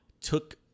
took